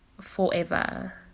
forever